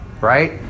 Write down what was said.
right